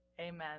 Amen